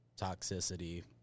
Toxicity